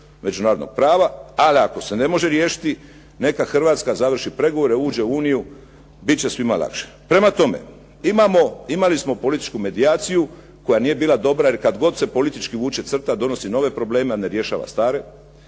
međunarodnog prava, ali ako se ne može riješiti neka Hrvatska završi pregovore, uđe u Uniju, bit će svima lakše. Prema tome, imamo, imali smo političku medijaciju koja nije bila dobra jer kad god se politički vuče crta donosi nove probleme, a ne rješava stare.